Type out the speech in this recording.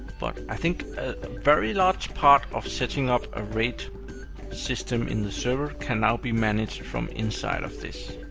but i think a very large part of setting up a raid system in the server can now be managed from inside of this,